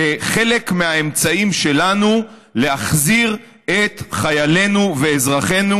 כחלק מהאמצעים שלנו להחזיר את חיילינו ואזרחנו